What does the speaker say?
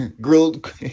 grilled